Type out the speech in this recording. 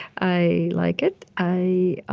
i like it. i